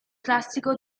classico